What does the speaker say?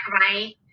right